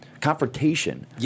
confrontation